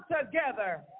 together